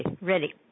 ready